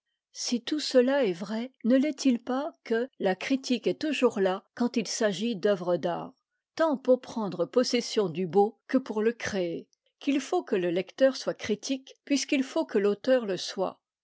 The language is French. si tout cela est vrai ne lest il pas que la critique est toujours là quand il s'agit d'œuvre d'art tant pour prendre possession du beau que pour le créer qu'il faut que le lecteur soit critique puisqu'il faut que l'auteur le soit